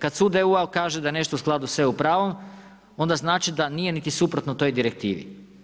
Kad Sud EU-a kaže da je nešto u skladu sa EU pravom, onda znači da nije niti suprotno toj direktivi.